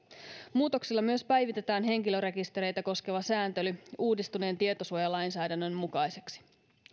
muutoksilla myös päivitetään henkilörekistereitä koskeva sääntely uudistuneen tietosuojalainsäädännön mukaiseksi